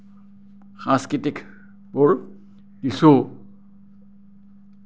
সংস্কৃতিকবোৰ কিছু